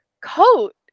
coat